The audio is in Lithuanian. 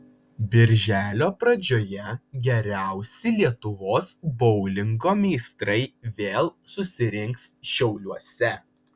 birželio pradžioje geriausi lietuvos boulingo meistrai vėl susirinks šiauliuose